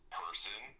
person